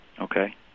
Okay